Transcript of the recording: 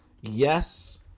yes